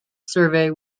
survey